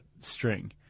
string